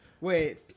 Wait